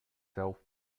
self